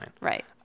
right